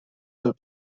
del